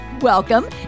Welcome